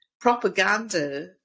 propaganda